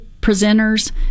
presenters